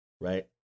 Right